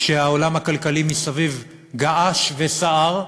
כשהעולם הכלכלי מסביב געש וסער.